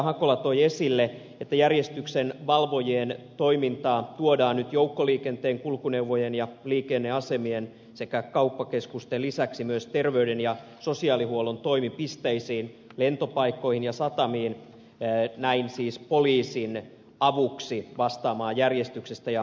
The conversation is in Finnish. hakola toi esille että järjestyksenvalvojien toimintaa tuodaan nyt joukkoliikenteen kulkuneuvojen ja liikenneasemien sekä kauppakeskusten lisäksi myös terveyden ja sosiaalihuollon toimipisteisiin lentopaikkoihin ja satamiin näin siis poliisin avuksi vastaamaan järjestyksestä ja turvallisuudesta